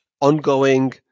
ongoing